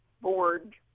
Board